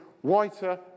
whiter